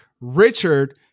Richard